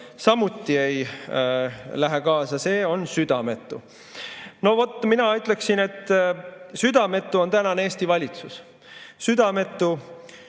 samuti ei lähe kaasa, see on südametu.No vot, mina ütleksin, et südametu on tänane Eesti valitsus. Südametu,